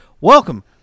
Welcome